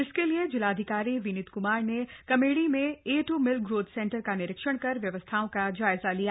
इसके लिए जिलाधिकारी विनीत कुमार ने कमेड़ी में ए ट्र मिल्क ग्रोथ सेंटर का निरीक्षण कर व्यवस्थाओं का जायजा लिया